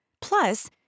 plus